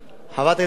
חברת הכנסת איציק,